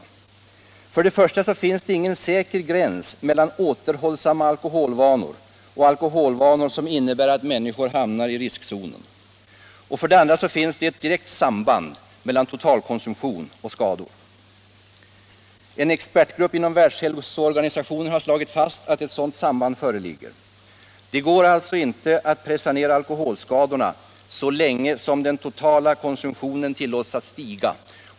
— Nr 117 För det första finns det ingen säker gräns mellan ”återhållsamma al Onsdagen den koholvanor” och alkoholvanor som innebär att människor hamnar i risk = 27 april 1977 zonen. För det andra finns det ett direkt samband mellan totalkonsumtion och skador. En expertgrupp inom Världshälsoorganisationen har slagit — Alkoholpolitiken fast att ett sådant samband finns. Det går alltså inte att pressa ner alkoholskadorna så länge den totala alkoholkonsumtionen tillåts att stiga.